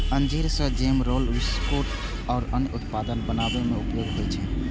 अंजीर सं jam, roll, biscuit आ अन्य उत्पाद बनाबै मे उपयोग होइ छै